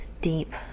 deep